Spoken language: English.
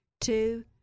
two